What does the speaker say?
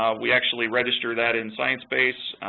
we actually register that in sciencebase,